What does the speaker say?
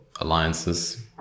Alliances